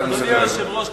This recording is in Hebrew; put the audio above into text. אדוני היושב-ראש,